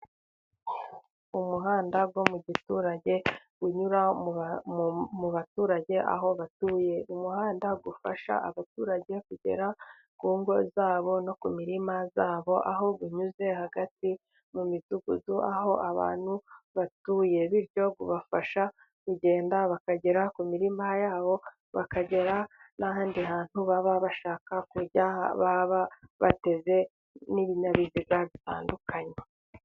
umuhanda wo mu giturage unyura mu baturage aho batuye. Umuhanda ufasha abaturage kugera mu ngo zabo no mu mirima yabo. Aho iba inyuze hagati mu midugudu, aho abantu batuye, bityo bibafasha kugenda bakagera mu mirima yabo, bakagera n'ahandi hantu baba bashaka kujya, baba bateze n'ibinyabiziga bitandukanye.